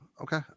Okay